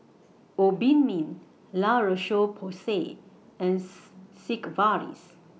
Obimin La Roche Porsay and Sigvaris